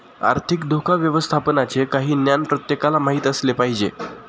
आर्थिक धोका व्यवस्थापनाचे काही ज्ञान प्रत्येकाला माहित असले पाहिजे